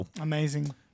Amazing